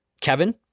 Kevin